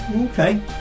Okay